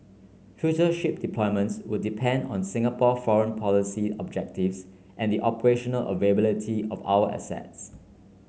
future ship deployments would depend on Singapore foreign policy objectives and the operational availability of our assets